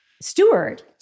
steward